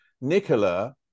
Nicola